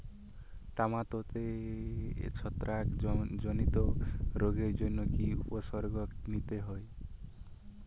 টমেটোতে ছত্রাক জনিত রোগের জন্য কি উপসর্গ নিতে হয়?